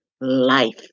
life